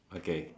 okay